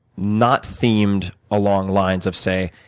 not themed along lines of say,